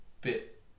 bit